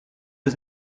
was